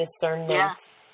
discernment